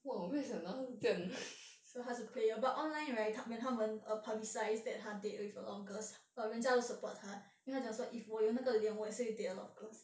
so 他是 player but online right when 他们 err publicise that 他 date with a lot of girls but 人家都 support 他因为他讲说 if 我有那个脸我也是会 date a lot of girls